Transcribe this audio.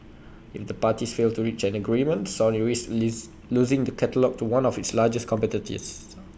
if the parties fail to reach an agreement Sony risks losing the catalogue to one of its largest competitors